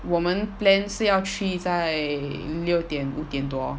我们 plan 是要去在六点五点多